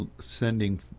sending